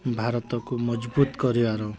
ଭାରତକୁ ମଜବୁତ୍ କରିବାର